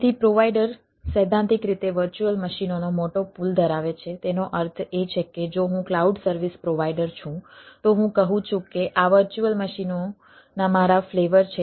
તેથી પ્રોવાઈડર વગેરે છે